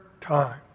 time